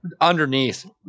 Underneath